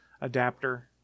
adapter